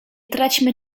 traćmy